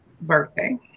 birthday